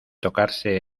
tocarse